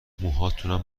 موهاتونم